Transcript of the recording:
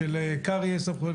זה נמצא בחלק השני של הקובץ הגדול,